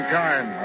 time